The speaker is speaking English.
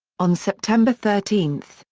on september thirteen,